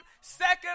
second